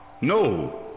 No